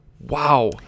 Wow